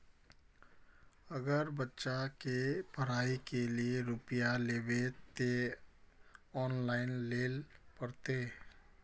अगर बच्चा के पढ़ाई के लिये रुपया लेबे ते ऑनलाइन लेल पड़ते?